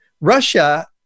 Russia